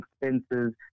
expenses